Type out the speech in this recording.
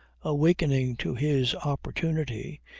awakening to his opportunity,